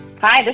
Hi